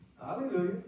Hallelujah